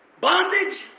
bondage